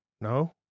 No